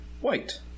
white